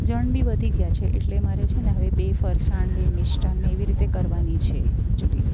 જણ બી વધી ગયા છે એટલે મારે છે ને હવે બે ફરસાણ બે મિસ્ટાન ને એવી રીતના કરવાની છે એક્ચૂલી